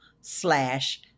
slash